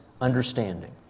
understanding